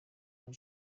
muri